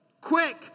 quick